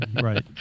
right